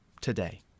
today